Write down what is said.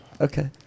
Okay